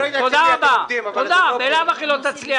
חטיבת אסדרה והמינהל לתשתיות ביוב.